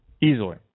Easily